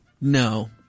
No